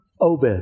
Obed